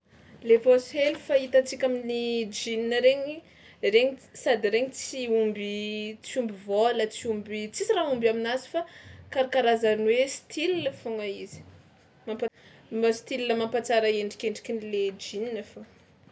Le paosy hely fahitantsika amin'ny jeans regny, regny sady regny tsy omby tsy omby vôla, tsy omby tsisy raha omby aminazy fa karakarazan'ny hoe style foagna izy mampa- mba style mampahatsara endrikendrikin'le jeans fao.